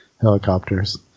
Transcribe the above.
helicopters